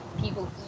people